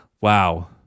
Wow